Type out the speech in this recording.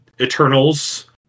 Eternals